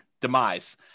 demise